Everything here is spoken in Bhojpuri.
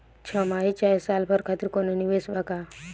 छमाही चाहे साल भर खातिर कौनों निवेश बा का?